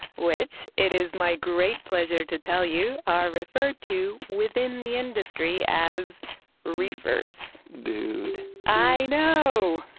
which it is my great pleasure to tell you, are referred to within the industry as reefers dude i know.